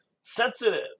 sensitive